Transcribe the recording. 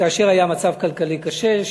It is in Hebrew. כאשר היה מצב כלכלי קשה,